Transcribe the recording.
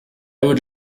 would